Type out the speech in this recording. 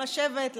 לשבת,